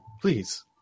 Please